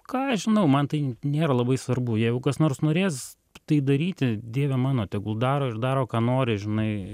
ką aš žinau man tai nėra labai svarbu jeigu kas nors norės tai daryti dieve mano tegul daro ir daro ką nori žinai